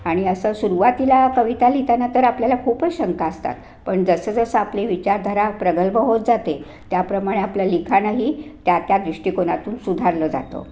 आणि असं सुरुवातीला कविता लिहिताना तर आपल्याला खूपच शंका असतात पण जसंजसं आपली विचारधारा प्रगल्भ होत जाते त्याप्रमाणे आपलं लिखाणंही त्या त्या दृष्टिकोनातून सुधारलं जातं